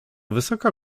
wysoka